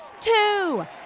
two